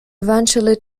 eventually